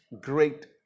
great